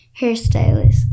hairstylist